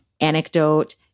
anecdote